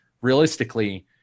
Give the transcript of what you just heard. realistically